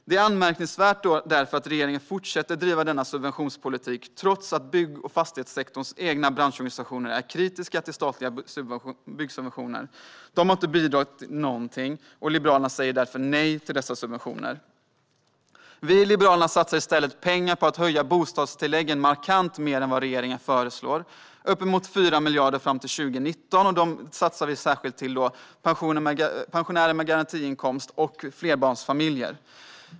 Det är därför anmärkningsvärt att regeringen fortsätter att driva denna subventionspolitik, trots att bygg och fastighetssektorns egna branschorganisationer är kritiska till statliga byggsubventioner. Dessa subventioner har inte bidragit till någonting, och Liberalerna säger därför nej till dem. Vi i Liberalerna satsar i stället pengar på att höja bostadstilläggen markant mer än vad regeringen föreslår - uppemot 4 miljarder fram till 2019. Dessa pengar satsar vi särskilt på pensionärer med garantiinkomst och på flerbarnsfamiljer.